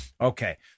Okay